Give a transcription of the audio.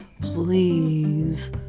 PLEASE